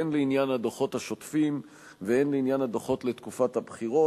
הן לעניין הדוחות השוטפים והן לעניין הדוחות לתקופת הבחירות.